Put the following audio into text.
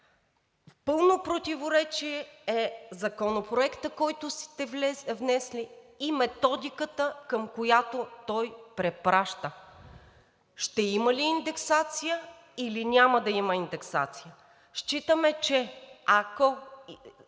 В пълно противоречие е Законопроектът, който сте внесли, и методиката, към която той препраща – ще има ли индексация, или няма да има индексация. Считаме, че ако